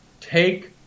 take